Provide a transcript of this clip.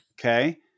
Okay